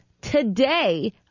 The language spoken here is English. today